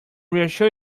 reassure